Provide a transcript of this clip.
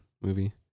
movie